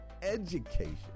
education